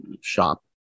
shop